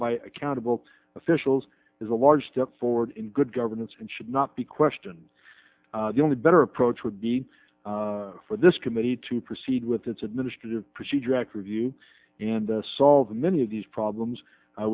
by accountable officials is a large step forward in good governance and should not be questioned the only better approach would be for this committee to proceed with its administrative procedure act review and solve the many of these problems